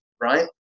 right